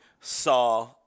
saw